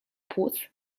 płuc